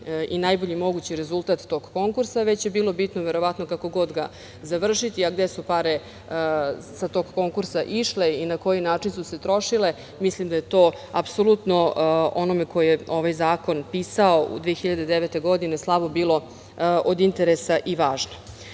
i najbolji mogući rezultat tog konkursa, već je bilo bitno, verovatno kako god ga završiti, a gde su pare sa tog konkursa išle i na koji način su se trošile, mislim da je to apsolutno onome koji je ovaj zakon pisao 2009. godine slabo bilo od interesa i